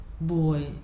boy